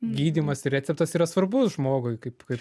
gydymas receptas yra svarbus žmogui kaip kaip